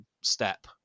step